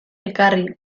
elkarri